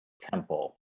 temple